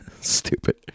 Stupid